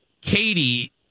Katie